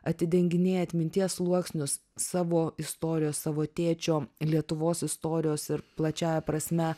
atidenginėji atminties sluoksnius savo istorijos savo tėčio lietuvos istorijos ir plačiąja prasme